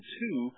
two